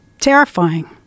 terrifying